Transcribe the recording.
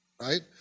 right